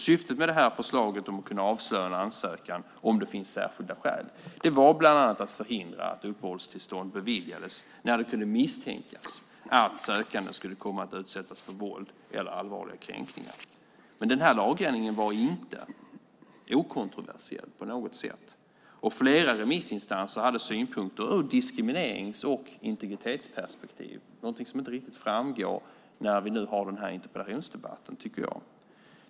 Syftet med förslaget om att kunna avslå en ansökan om det finns särskilda skäl var bland annat att förhindra att uppehållstillstånd beviljades när det kunde misstänkas att den sökande skulle komma att utsättas för våld eller allvarliga kränkningar. Denna lagändring var dock inte okontroversiell på något sätt. Flera remissinstanser hade synpunkter ur ett diskriminerings och integritetsperspektiv, något som inte riktigt framgår när vi nu har den här interpellationsdebatten.